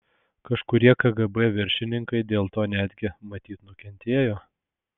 kažkurie kgb viršininkai dėl to netgi matyt nukentėjo